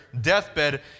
deathbed